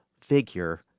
figure